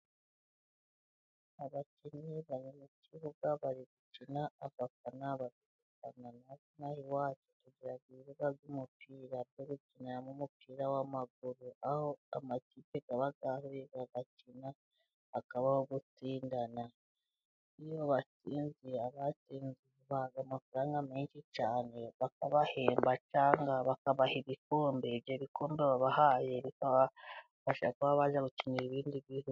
Abakinnyi bari mu kibuga bari gukina abafana bari gufana, ino aha iwacu tugira ibibuga by'umupira byo gukiniramo umupira w'amaguru, aho amakipe aba yahuye agakina hakabaho gutsindana, iyo batsinze abatsinze babaha amafaranga menshi cyane bakabahemba cyangwa bakabaha ibikombe, ibyo bikombe babahaye bikabafasha kuba bajya gukinira ibindi bi.....